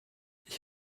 ich